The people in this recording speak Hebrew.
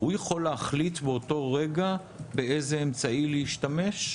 הוא יכול להחליט באותו רגע באיזה אמצעי להשתמש?